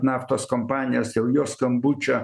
naftos kompanijos jau jo skambučio